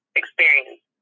experience